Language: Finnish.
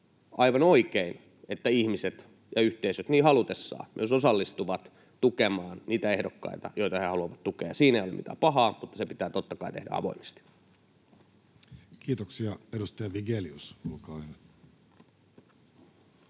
aivan oikein, että ihmiset ja yhteisöt niin halutessaan myös osallistuvat tukemaan niitä ehdokkaita, joita he haluavat tukea. Siinä ole mitään pahaa, mutta se pitää totta kai tehdä avoimesti. Kiitoksia. — Edustaja Vigelius, olkaa hyvä.